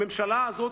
הממשלה הזו,